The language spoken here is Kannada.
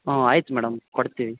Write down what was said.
ಹ್ಞೂಂ ಆಯ್ತು ಮೇಡಮ್ ಕೊಡ್ತೀವಿ